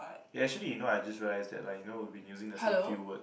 eh actually you know I just realize that like you know we've been using the same few word